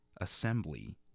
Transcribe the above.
assembly